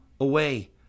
away